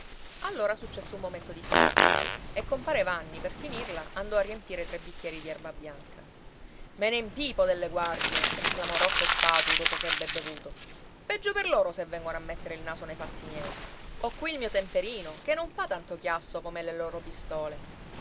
allora successe un momento di silenzio e compare vanni per finirla andò a riempire tre bicchieri di erbabianca me ne impipo delle guardie esclamò rocco spatu dopo che ebbe bevuto peggio per loro se vengono a mettere il naso nei fatti miei ho qui il mio temperino che non fa tanto chiasso come le loro pistole